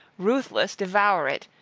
ruthless devour it,